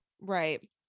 Right